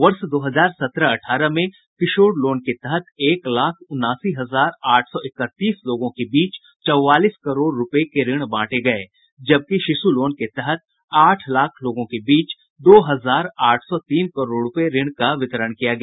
वर्ष दो हजार सत्रह अठारह में किशोर लोन के तहत एक लाख उनासी हजार आठ सौ इकतीस लोगों के बीच चौवालीस करोड़ रूपये के ऋण बांटे गये जबकि शिशु लोन के तहत आठ लाख लोगों के बीच दो हजार आठ सौ तीन करोड़ रूपये का ऋण दिया गया